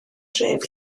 dref